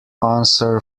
answer